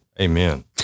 Amen